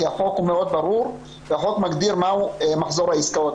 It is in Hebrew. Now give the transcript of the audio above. כי החוק הוא מאוד ברור והחוק מגדיר מה הוא מחזור העסקאות.